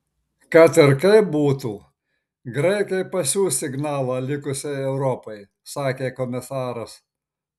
kad ir kaip būtų graikai pasiųs signalą likusiai europai sakė komisaras